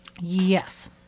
Yes